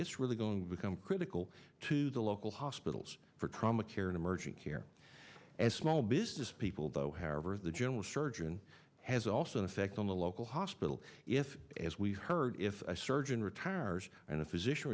is really going to become critical to the local hospitals for trauma care in emerging here and small business people though however the general surgeon has also an effect on the local hospital if as we heard if a surgeon tars and a physician